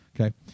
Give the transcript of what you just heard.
Okay